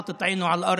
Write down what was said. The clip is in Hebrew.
(אומר בערבית: שם עין על האדמה.)